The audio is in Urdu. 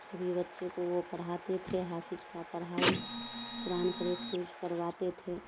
سبھی بچے کو وہ پڑھاتے تھے حافظ کا پڑھائی قرآن شریف حفظ کرواتے تھے